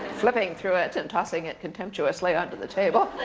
flipping through it and tossing it contemptuously onto the table.